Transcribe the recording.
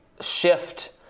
shift